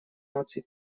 наций